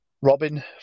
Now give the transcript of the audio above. Robin